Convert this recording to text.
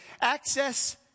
access